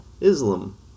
Islam